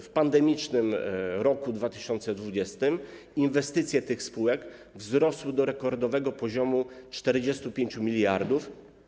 W pandemicznym roku 2020 inwestycje tych spółek wzrosły do rekordowego poziomu 45 mld.